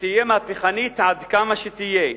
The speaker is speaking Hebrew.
תהיה מהפכנית עד כמה שתהיה,